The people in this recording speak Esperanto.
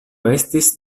estis